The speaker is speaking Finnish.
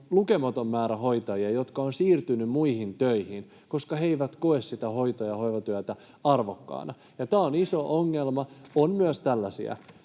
lukematon määrä hoitajia, jotka ovat siirtyneet muihin töihin, koska he eivät koe sitä hoito- ja hoivatyötä arvokkaana, [Pia Sillanpää: Ei ole näin!]